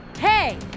Hey